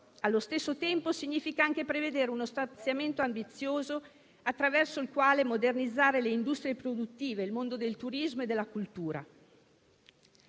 Allo stesso tempo, significa anche prevedere uno stanziamento ambizioso attraverso il quale modernizzare le industrie produttive e il mondo del turismo e della cultura.